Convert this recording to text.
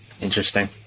Interesting